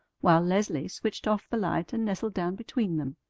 while leslie switched off the light and nestled down between them,